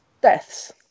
deaths